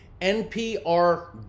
N-P-R